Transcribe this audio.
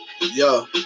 yo